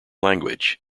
language